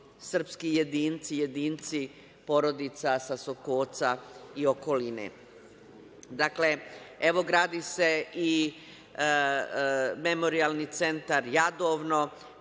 srpski jedinci, porodica sa Sokoca i okoline. Dakle, evo gradi se i memorijalni centar Jadovno,